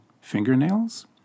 fingernails